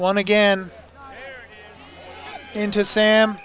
one again into sam